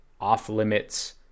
off-limits